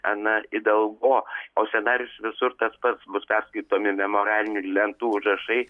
ana idalgo o scenarijus visur tas pats bus perskaitomi memorialinių lentų užrašai